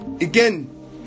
again